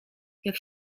jak